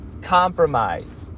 compromise